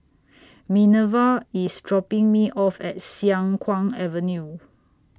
Minerva IS dropping Me off At Siang Kuang Avenue